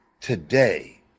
today